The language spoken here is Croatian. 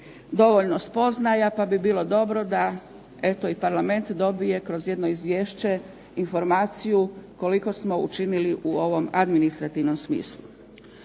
dovoljno spoznaja pa bi bilo dobro da eto i Parlament dobije kroz jedno izvješće informaciju koliko smo učinili u ovom administrativnom smislu.